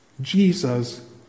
Jesus